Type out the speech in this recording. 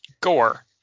Gore